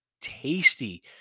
tasty